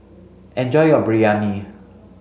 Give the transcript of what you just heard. enjoy your Biryani